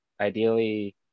ideally